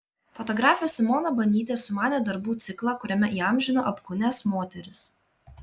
fotografė simona banytė sumanė darbų ciklą kuriame įamžino apkūnias moteris